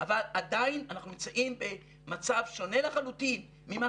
אבל עדיין אנחנו נמצאים במצב שונה לחלוטין ממה